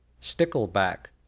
stickleback